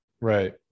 Right